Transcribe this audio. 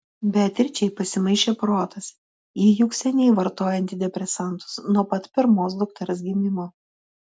beatričei pasimaišė protas ji juk seniai vartoja antidepresantus nuo pat pirmos dukters gimimo